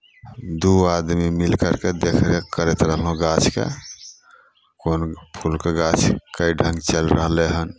दू आदमी मिल करि कऽ देखरेख करैत रहलहुँ गाछके कोन फूलके गाछ कय ढङ्ग चलि रहलै हन